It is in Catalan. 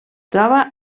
troba